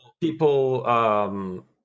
people